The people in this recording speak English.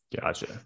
Gotcha